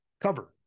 cover